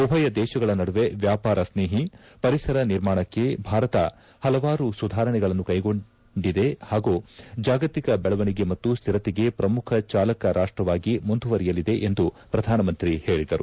ಉಭಯ ದೇಶಗಳ ನಡುವೆ ವ್ಯಾಪಾರ ಸ್ನೇಹಿ ಪರಿಸರ ನಿರ್ಮಾಣಕ್ಕೆ ಭಾರತ ಹಲವಾರು ಸುಧಾರಣೆಗಳನ್ನು ಕೈಗೆತ್ತಿಕೊಂಡಿದೆ ಹಾಗೂ ಜಾಗತಿಕ ಬೆಳವಣಿಗೆ ಮತ್ತು ಸ್ಥಿರತೆಗೆ ಪ್ರಮುಖ ಚಾಲಕ ರಾಷ್ಟವಾಗಿ ಮುಂದುವರೆಯಲಿದೆ ಎಂದು ಪ್ರಧಾನಮಂತ್ರಿ ಹೇಳಿದರು